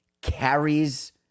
carries